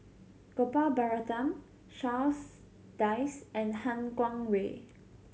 Gopal Baratham Charles Dyce and Han Guangwei